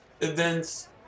events